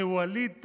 ווליד טאהא,